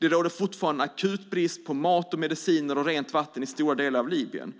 Det råder fortfarande akut brist på mat, mediciner och rent vatten i stora delar av Libyen.